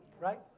right